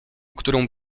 którą